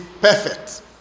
perfect